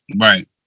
Right